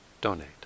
donate